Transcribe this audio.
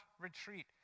retreat